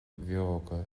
bheoga